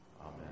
Amen